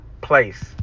place